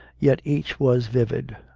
yet each was vivid.